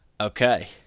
Okay